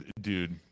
dude